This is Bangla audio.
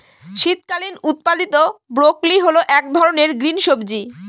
শীতকালীন উৎপাদীত ব্রোকলি হল এক ধরনের গ্রিন সবজি